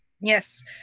Yes